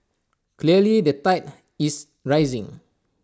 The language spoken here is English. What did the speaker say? clearly the tide is rising